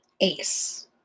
ACE